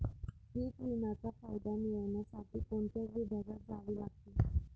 पीक विम्याचा फायदा मिळविण्यासाठी कोणत्या विभागात जावे लागते?